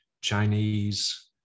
Chinese